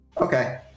Okay